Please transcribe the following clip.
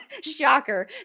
shocker